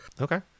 Okay